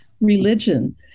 religion